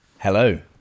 Hello